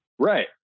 right